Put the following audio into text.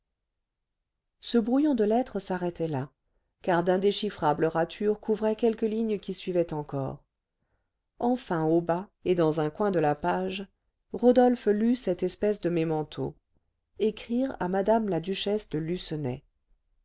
ce brouillon de lettre s'arrêtait là car d'indéchiffrables ratures couvraient quelques lignes qui suivaient encore enfin au bas et dans un coin de la page rodolphe lut cette espèce de mémento écrire à mme la duchesse de